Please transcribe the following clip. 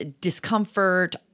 discomfort